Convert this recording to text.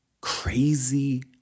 crazy